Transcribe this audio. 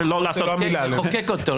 לחוקק אותו.